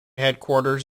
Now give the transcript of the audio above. headquarters